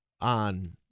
on